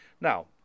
Now